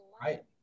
Right